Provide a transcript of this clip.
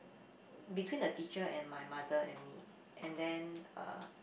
between a teacher and my mother and me and then uh